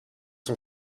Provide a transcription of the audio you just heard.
son